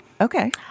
Okay